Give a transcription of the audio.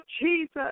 Jesus